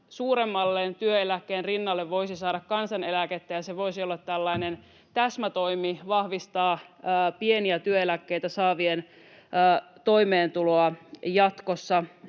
suuremman työeläkkeen rinnalle voisi saada kansaneläkettä, ja se voisi olla tällainen täsmätoimi vahvistaa pieniä työeläkkeitä saavien toimeentuloa jatkossa.